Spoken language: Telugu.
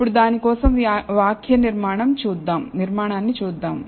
ఇప్పుడు దాని కోసం వాక్యనిర్మాణాన్ని చూద్దాం